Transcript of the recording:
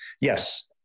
Yes